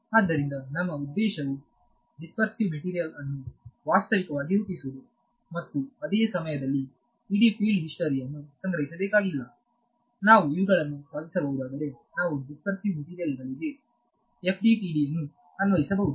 ಆದ್ದರಿಂದ ನಮ್ಮ ಉದ್ದೇಶವು ದಿಸ್ಪರ್ಸಿವ ಮೆಟೀರಿಯಲ್ ಅನ್ನು ವಾಸ್ತವಿಕವಾಗಿ ರೂಪಿಸುವುದು ಮತ್ತು ಅದೇ ಸಮಯದಲ್ಲಿ ಇಡೀ ಫೀಲ್ಡ್ ಹಿಸ್ಟರಿ ಯನ್ನು ಸಂಗ್ರಹಿಸಬೇಕಾಗಿಲ್ಲ ನಾವು ಇವುಗಳನ್ನು ಸಾಧಿಸಬಹುದಾದರೆ ನಾನು ದಿಸ್ಪರ್ಸಿವ ಮೆಟೀರಿಯಲ್ ಗಳಿಗೆ FDTD ಯನ್ನು ಅನ್ವಯಿಸಬಹುದು